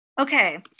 Okay